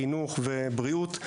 חינוך ובריאות.